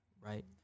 right